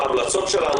ההמלצות שלנו,